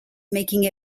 making